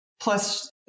Plus